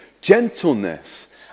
gentleness